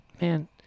man